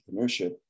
entrepreneurship